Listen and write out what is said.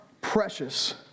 precious